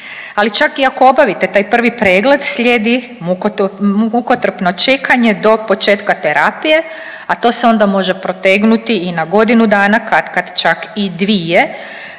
Ali čak i ako obavite taj prvi pregled slijedi mukotrpno čekanje do početka terapije, a to se onda može protegnuti i na godinu dana, katkad čak i dvije,